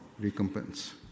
recompense